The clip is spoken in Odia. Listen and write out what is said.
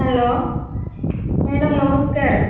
ହ୍ୟାଲୋ ମ୍ୟାଡ଼ାମ୍ ନମସ୍କାର